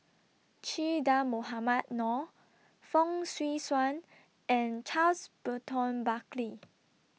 Che Dah Mohamed Noor Fong Swee Suan and Charles Burton Buckley